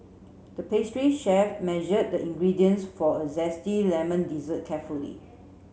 the pastry chef measured the ingredients for a zesty lemon dessert carefully